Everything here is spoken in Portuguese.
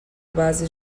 base